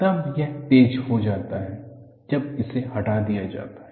तब यह तेज हो जाता है जब इसे हटा दिया जाता है